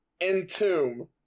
Entomb